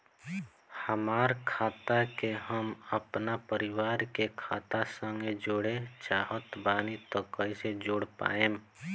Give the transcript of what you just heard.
हमार खाता के हम अपना परिवार के खाता संगे जोड़े चाहत बानी त कईसे जोड़ पाएम?